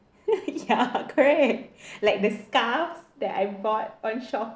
ya correct like the scarves that I bought on Shopee